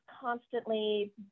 constantly